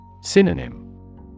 Synonym